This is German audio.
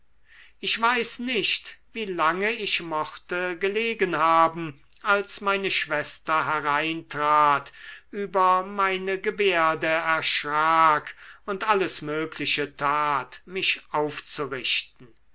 ich weiß nicht wie lange ich mochte gelegen haben als meine schwester hereintrat über meine gebärde erschrak und alles mögliche tat mich aufzurichten